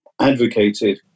advocated